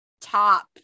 top